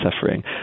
suffering